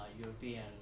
European